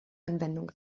webanwendung